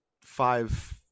five